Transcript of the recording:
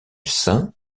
saint